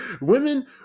women